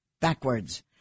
backwards